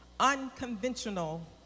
unconventional